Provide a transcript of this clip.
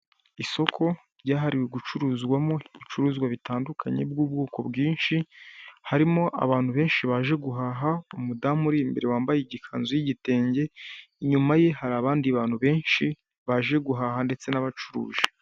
Isoko ryahariwe gucuruzwamo ibicuruzwa bitandukanye by'ubwoko bwinshi harimo abantu benshi baje guhaha umudamu uri imbere wambaye ikanzu y'igitenge inyuma ye hari abandi bantu benshi baje guhaha ndetse n'abacuruje .